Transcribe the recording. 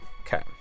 Okay